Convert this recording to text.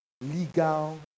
legal